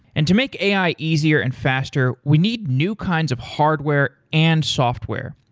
and to make ai easier and faster, we need new kinds of hardware and software,